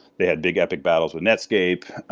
they had big epic battles with netscape.